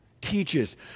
teaches